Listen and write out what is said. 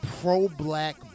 pro-black